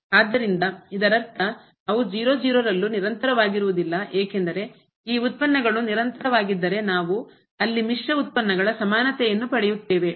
ಆದ್ದರಿಂದ ಇದರರ್ಥ ಅವು ನಿರಂತರವಾಗಿರುವುದಿಲ್ಲ ಏಕೆಂದರೆ ಈ ಉತ್ಪನ್ನಗಳು ನಿರಂತರವಾಗಿದ್ದರೆ ನಾವು ಅಲ್ಲಿ ಮಿಶ್ರ ಉತ್ಪನ್ನಗಳ ಸಮಾನತೆಯನ್ನು ಪಡೆಯುತ್ತೇವೆ